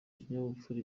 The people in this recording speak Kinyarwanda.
n’ikinyabupfura